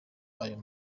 ayo